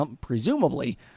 presumably